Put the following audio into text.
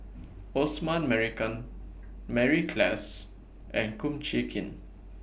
Osman Merican Mary Klass and Kum Chee Kin